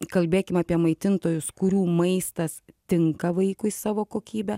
kalbėkim apie maitintojus kurių maistas tinka vaikui savo kokybe